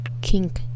King